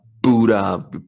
Buddha